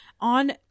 on